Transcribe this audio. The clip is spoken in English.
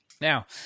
Now